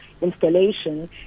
installation